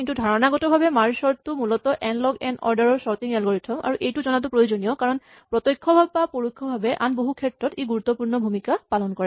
কিন্তু ধাৰণাগতভাৱে merge sort মূলতঃ এন লগ এন অৰ্ডাৰ ৰ চৰ্টিং এলগৰিথম আৰু এইটো জনাটো প্ৰয়োজনীয় কাৰণ প্ৰত্যক্ষ বা পৰোক্ষভাৱে আন বহু ক্ষেত্ৰত ই গুৰুত্বপুৰ্ণ ভুমিকা পালন কৰে